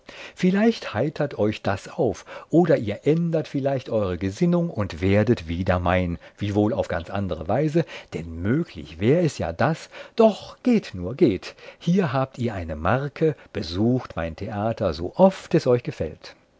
vielleicht heitert euch das auf oder ihr ändert vielleicht eure gesinnung und werdet wieder mein wiewohl auf ganz andere weise denn möglich wär es ja daß doch geht nur geht hier habt ihr eine marke besucht mein theater sooft es euch gefällt